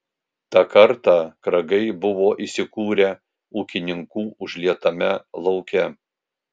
tą kartą kragai buvo įsikūrę ūkininkų užlietame lauke